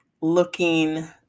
looking